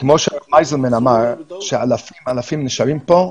שמייזלמן אמר, אלפים נשארים פה,